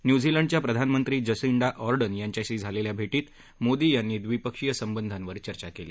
न्युझीलंडच्या प्रधानमंत्री Jacinda Ardern यांच्याशी झालेल्या भेटीत मोदी यांनी द्विपक्षीय संबंधांवर चर्चा केली